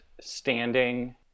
standing